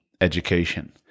education